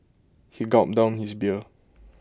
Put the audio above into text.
he gulped down his beer